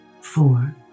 four